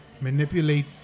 manipulate